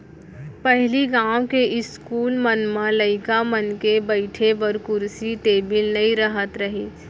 पहिली गॉंव के इस्कूल मन म लइका मन के बइठे बर कुरसी टेबिल नइ रहत रहिस